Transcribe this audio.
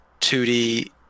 2D